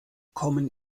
kommen